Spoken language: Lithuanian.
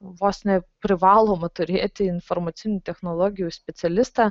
vos ne privaloma turėti informacinių technologijų specialistą